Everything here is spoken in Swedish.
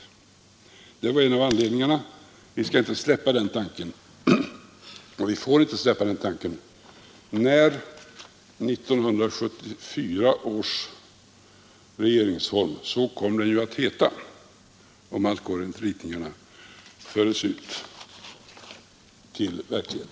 Det var en av anledningarna, och vi får inte släppa den tanken när 1974 års regeringsform, så kommer den att heta om allt går enligt ritningarna, förs ut till verklighet.